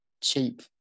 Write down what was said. cheap